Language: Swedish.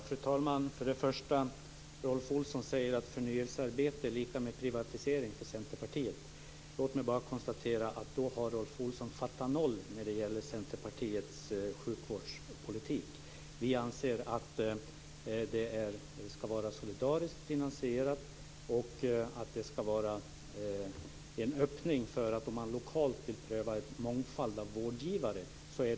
Fru talman! Rolf Olsson säger att förnyelsearbete är lika med privatisering för Centerpartiet. Låt mig bara konstatera att Rolf Olsson i så fall har fattat noll av Centerpartiets sjukvårdspolitik. Vi anser att den ska vara solidariskt finansierad och att det ska finnas en öppning om man lokalt vill pröva en mångfald av vårdgivare.